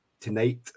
tonight